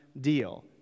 deal